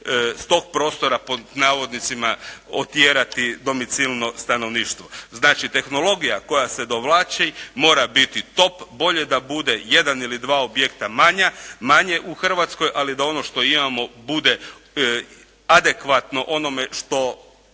s tog prostora pod navodnicima, "otjerati" domicilno stanovništvo. Znači tehnologija koja se dovlači mora biti top, bolje da bude jedan ili dva objekta manja, manje u Hrvatskoj, ali da ono što imamo bude adekvatno onome što